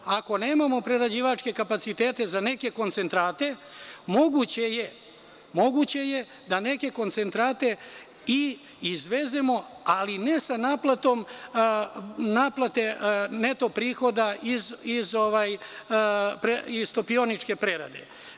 Ako nemamo prerađivačke kapacitete za neke koncentrate, moguće je da neke koncentrate i izvezemo, ali ne sa naplatom neto prihoda iz topioničke prerade.